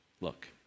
look